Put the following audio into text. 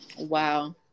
Wow